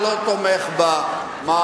ודי,